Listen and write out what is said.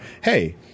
Hey